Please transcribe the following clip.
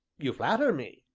you flatter me,